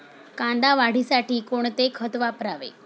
कांदा वाढीसाठी कोणते खत वापरावे?